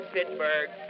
Pittsburgh